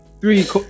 three